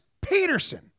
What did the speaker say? Peterson